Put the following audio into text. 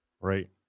Right